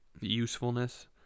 usefulness